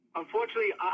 unfortunately